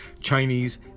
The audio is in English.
Chinese